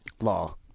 Law